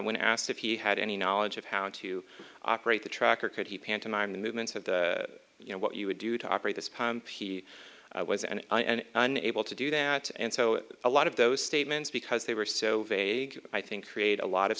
when asked if he had any knowledge of how to operate the truck or could he pantomime the movements of you know what you would do to operate this he was and unable to do that and so a lot of those statements because they were so vague i think create a lot of